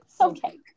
okay